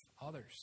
others